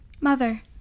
Mother